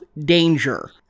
danger